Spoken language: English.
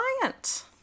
client